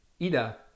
Ida